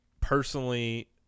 personally